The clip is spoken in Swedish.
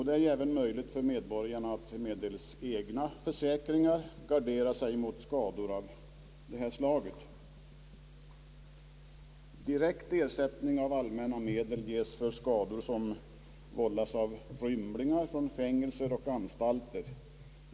Det är även möjligt för medborgarna att med egna försäkringar gardera sig mot skador av detta slag. Direkt ersättning av allmänna medel ges för skador som vållas av rymlingar från fängelser och anstalter.